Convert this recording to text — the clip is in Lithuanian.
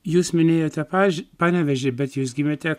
jūs minėjote paž panevėžį bet jūs gimėte